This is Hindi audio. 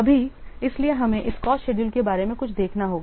अभी इसलिए हमें इस कॉस्ट शेड्यूल के बारे में कुछ देखना होगा